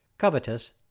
covetous